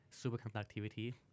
superconductivity